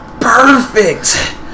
perfect